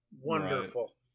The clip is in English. wonderful